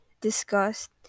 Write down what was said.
discussed